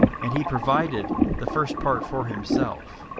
and he provided the first part for himself,